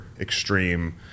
extreme